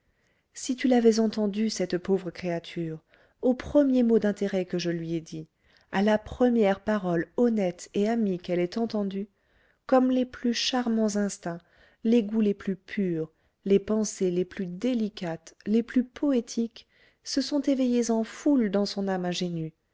si tu l'avais entendue cette pauvre créature au premier mot d'intérêt que je lui ai dit à la première parole honnête et amie qu'elle ait entendue comme les plus charmants instincts les goûts les plus purs les pensées les plus délicates les plus poétiques se sont éveillés en foule dans son âme ingénue